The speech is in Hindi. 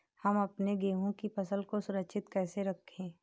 हम अपने गेहूँ की फसल को सुरक्षित कैसे रखें?